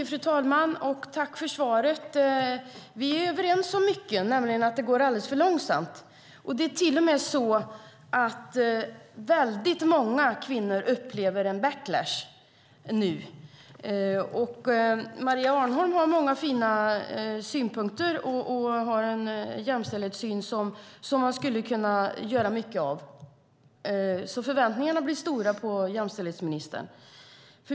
Fru talman! Tack för svaret. Vi är överens om mycket. Det går alldeles för långsamt. Det är till och med så att väldigt många kvinnor nu upplever en backlash. Maria Arnholm har många fina synpunkter och har en jämställdhetssyn som man skulle kunna göra mycket av. Förväntningarna blir stora på jämställdhetsministern.